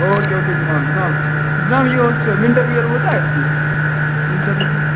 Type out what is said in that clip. okay okay جناب جناب جناب یہِ اوس وِنٹَر وِیَر ووتاہ اَتہِ کیٚنٛہہ وِنٹَر